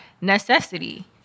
necessity